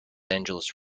angeles